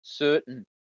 certain